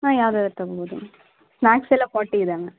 ಹಾಂ ಯಾವ್ದಾದ್ರೂ ತೊಗೋಬೋದು ಸ್ನ್ಯಾಕ್ಸ್ ಎಲ್ಲ ಫಾರ್ಟಿ ಇದೆ ಮ್ಯಾಮ್